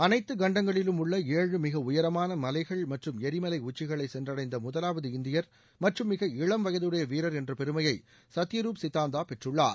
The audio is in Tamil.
அனைத்து கண்டங்களிலும் உள்ள ஏழு மிக உயரமான மலைகள் மற்றும் எரிமலை உச்சிகளை சென்றடைந்த முதலாவது இந்தியர் மற்றும் மிக இளம் வயதுடைய வீரர் என்ற பெருமையை சத்தியரூப் சித்தாந்தா பெற்றுள்ளார்